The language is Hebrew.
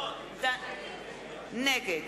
נגד